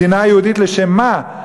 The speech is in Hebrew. והשאלה: מדינה יהודית, לשם מה?